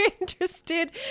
interested